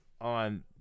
on